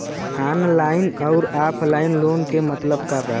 Online अउर offline loan क मतलब का बा?